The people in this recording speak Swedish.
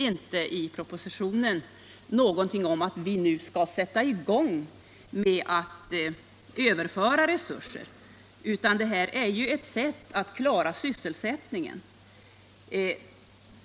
I propositionen talas ingenting om att vi nu skall sätta i gång med att överföra resurser för detta ändamål, utan detta stöd syftar till att klara sysselsättningen.